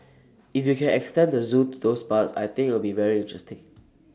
if you can extend the Zoo to those parts I think it'll be very interesting